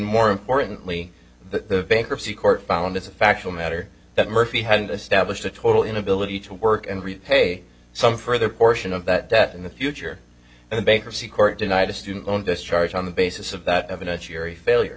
more importantly the bankruptcy court found as a factual matter that murphy had an established a total inability to work and repay some further portion of that debt in the future and the bankruptcy court denied a student loan discharged on the basis of that evidentiary failure